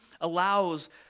allows